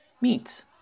Meat